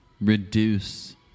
reduce